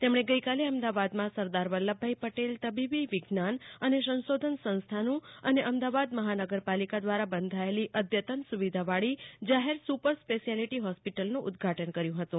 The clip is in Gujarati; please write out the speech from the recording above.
તેમણે ગઈકાલે અમદાવાદમાં સરદાર વલ્લભભાઈ પટેલ તબીબી વિજ્ઞાન અને સંશોધન સંસ્થાનું અને અમદાવાદ મહાનગર પાલિકા દ્વારા બંધાયેલી અઘતન સુવિધાવાળી જાહેર સુપર સ્પેશ્યાલિટી હોસ્પિટલનું ઉદ્દઘાટન કર્યું હતું